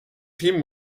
vielen